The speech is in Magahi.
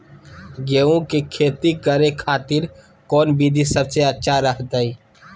गेहूं के खेती करे खातिर कौन विधि सबसे अच्छा रहतय?